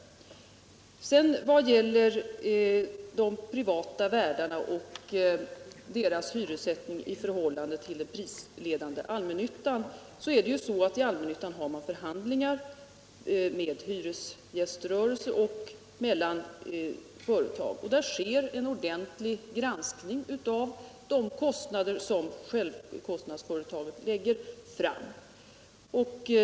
Vad sedan gäller de privata värdarna och deras hyressättning i förhållande till den prisledande ”allmännyttan” så är det ju på det sättet att de allmännyttiga bostadsföretagen har förhandlingar med hyresgäströrelsen. Där sker en ordentlig granskning av de kostnader som självkostnadsföretagen lägger fram.